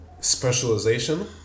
specialization